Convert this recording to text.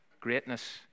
greatness